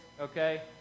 okay